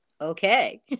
Okay